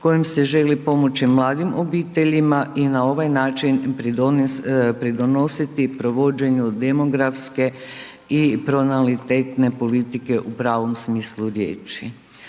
kojom se želi pomoći mladim obiteljima i na ovaj način pridonositi provođenju demografske i pronatalitetne politike u pravom smislu riječi.